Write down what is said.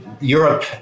Europe